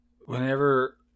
Whenever